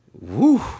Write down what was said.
Woo